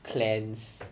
clans